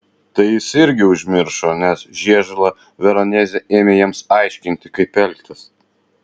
tai jis irgi užmiršo nes žiežula veronezė ėmė jiems aiškinti kaip elgtis